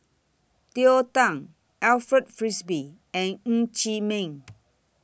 Cleo Thang Alfred Frisby and Ng Chee Meng